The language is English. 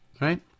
right